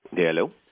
hello